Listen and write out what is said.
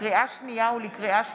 לקריאה שנייה ולקריאה שלישית: